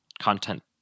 content